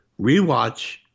rewatch